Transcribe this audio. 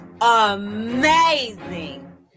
amazing